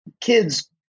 kids